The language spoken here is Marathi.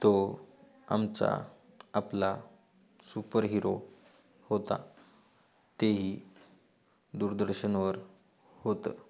तो आमचा आपला सुपर हिरो होता तेही दूरदर्शनवर होतं